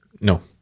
No